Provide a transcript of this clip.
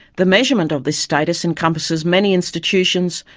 the measurement of this status encompasses many institutions,